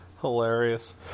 Hilarious